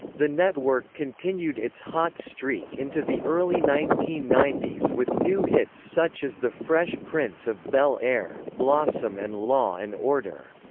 the network network continued its hot streak into the early nineteen ninety s with new hits such as the fresh prince of bel-air, blossom and law and order.